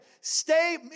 Stay